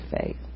faith